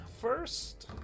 first